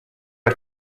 are